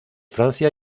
francia